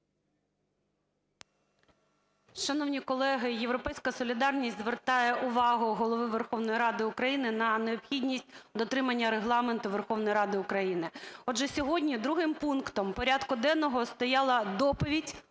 Шановні колеги, "Європейська солідарність" звертає увагу Голови Верховної Ради України на необхідність дотримання Регламенту Верховної Ради України. Отже, сьогодні другим пунктом порядку денного стояла доповідь